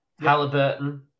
Halliburton